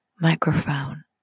microphone